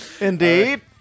indeed